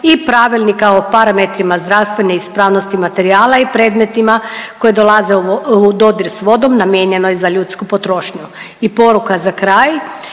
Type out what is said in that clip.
i pravilnika o parametrima zdravstvene ispravnosti materijala i predmetima koji dolaze u dodir sa vodom namijenjenoj za ljudsku potrošnju. I poruka za kraj,